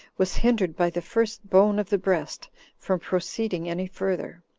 was hindered by the first bone of the breast from proceeding any further.